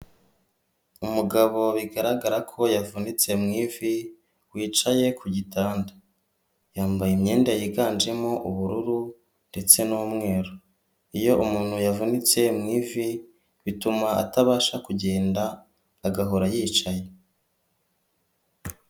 Umugabo bigaragara ko yavunitse mu ifi wicaye ku gitanda yambaye imyenda yiganjemo ubururu ndetse n'umweru, iyo umuntu yavunitse mu ivi bituma atabasha kugenda agahora yicaye.